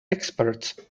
experts